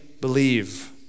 believe